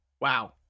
Wow